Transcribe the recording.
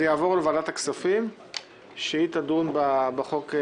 זה יעבור לוועדת הכספים שתדון בחוק.